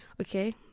okay